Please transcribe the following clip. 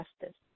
justice